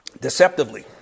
deceptively